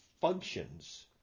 functions